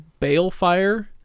Balefire